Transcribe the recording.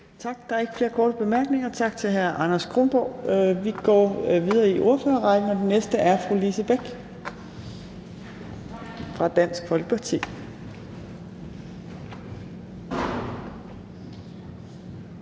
Torp): Der er ikke flere korte bemærkninger. Tak til hr. Anders Kronborg, og vi går videre i ordførerrækken, og den næste er fru Lise Bech fra Dansk Folkeparti.